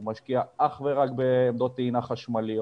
הוא משקיע אך ורק בעמדות טעינה חשמליות